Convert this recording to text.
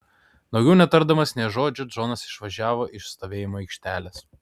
daugiau netardamas nė žodžio džonas išvažiavo iš stovėjimo aikštelės